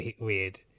weird